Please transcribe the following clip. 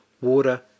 water